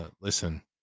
listen